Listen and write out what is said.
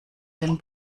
den